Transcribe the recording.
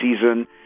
season